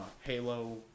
Halo